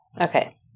okay